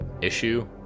issue